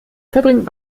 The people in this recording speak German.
verbringt